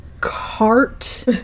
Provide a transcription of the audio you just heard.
cart